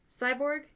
Cyborg